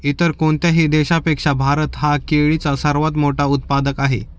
इतर कोणत्याही देशापेक्षा भारत हा केळीचा सर्वात मोठा उत्पादक आहे